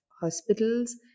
hospitals